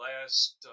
last